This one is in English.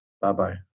Bye-bye